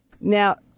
Now